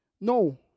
No